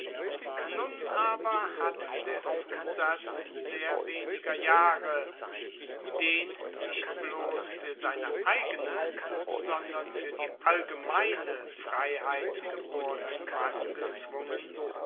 nun aber hat der zusatz sehr weniger jahre den nicht blos für seine eigene sondern für die allgemeine freiheit gebornen mann gezwungen